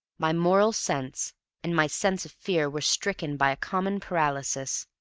my moral sense and my sense of fear were stricken by a common paralysis.